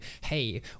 hey